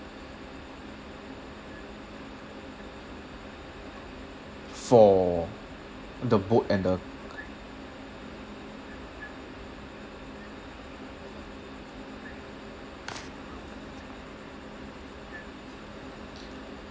for the boat and the